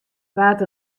waard